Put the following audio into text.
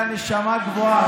אתה נשמה גבוהה.